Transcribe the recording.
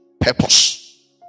purpose